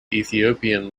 ethiopian